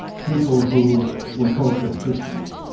people who were cultural christians.